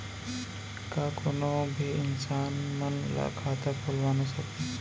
का कोनो भी इंसान मन ला खाता खुलवा सकथे?